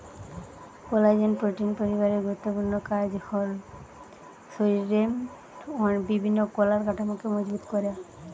collagen protein পরিবারের গুরুত্বপূর্ণ কাজ হল শরিরের বিভিন্ন কলার কাঠামোকে মজবুত করা